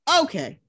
okay